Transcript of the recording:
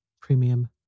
Premium